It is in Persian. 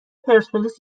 پرسپولیس